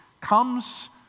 comes